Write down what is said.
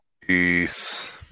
Peace